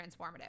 transformative